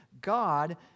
God